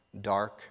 dark